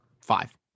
five